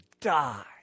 die